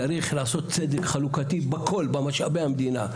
צריך לעשות צדק חלוקתי בכל במשאבי המדינה,